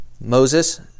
Moses